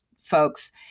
folks